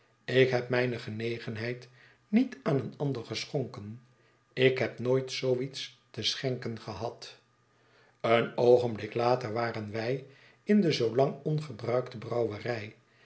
ik heb mijne genegenheid niet aan een ander geschonken ik heb nooit zoo iets te schenken gehad een oogenblik later waren wij in de zoo jang ongebruikte brouwerij